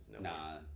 Nah